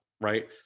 right